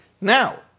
now